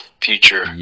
future